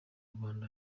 rwanda